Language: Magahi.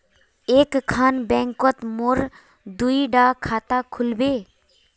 एक खान बैंकोत मोर दुई डा खाता खुल बे?